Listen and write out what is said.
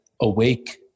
awake